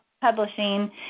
publishing